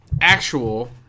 actual